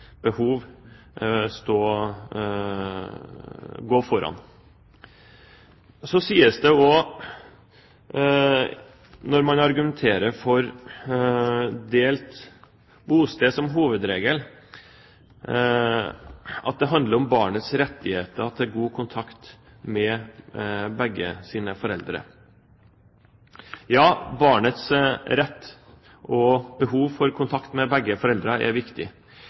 behov gå foran. Så sies det, når man argumenterer for delt bosted som hovedregel, at det handler om barnets rett til god kontakt med begge sine foreldre. Ja, barnets rett til og behov for kontakt med begge foreldre er viktig.